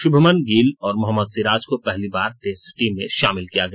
शुभमन गिल और मोहम्मद सिराज को पहली बार टेस्ट टीम में शामिल किया गया